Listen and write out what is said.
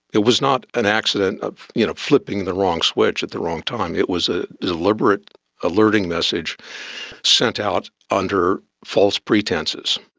it was not an accident, ah you know flipping the wrong switch at the wrong time, it was a deliberate alerting message sent out under false pretences.